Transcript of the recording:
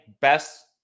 best